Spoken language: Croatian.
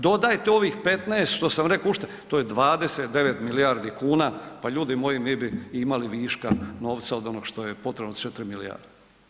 Dodajte ovih 15 što sam rekao uštede, to je 29 milijardi kuna, pa ljudi moji, mi bi imali viška novca od onog što je potrebno od 4 milijarde.